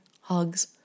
hugs